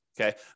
Okay